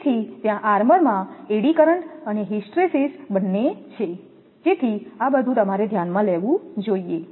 તેથી ત્યાં આર્મરમાં એડી કરંટ અને હિસ્ટ્રેસિસ બંને છે જેથી આ બધુ તમારે ધ્યાનમાં લેવું જોઈએ